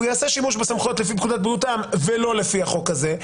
הוא יעשה שימוש בסמכויות לפי פקודת בריאות העם ולא לפי החוק הזה,